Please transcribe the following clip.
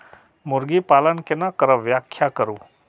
मुर्गी पालन केना करब व्याख्या करु?